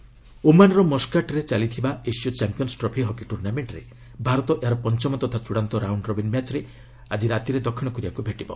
revise hockey ଓମାନ୍ର ମାସ୍କଟଠାରେ ଚାଲିଥିବା ଏସିୟ ଚାମ୍ପିୟନ୍ସ୍ ଟ୍ରଫି ହକି ଟୁର୍ଣ୍ଣାମେଣ୍ଟରେ ଭାରତ ଏହର ପଞ୍ଚମ ତଥା ଚୂଡାନ୍ତ ରାଉଣ୍ଡ ରବିନ୍ ମ୍ୟାଚ୍ରେ ଆକି ଦକ୍ଷିଣ କୋରିଆକୁ ଭେଟିବ